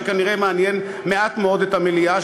שכנראה מעניין מעט מאוד את המליאה,